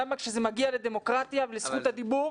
למה כשזה מגיע לדמוקרטיה ולזכות הדיבור,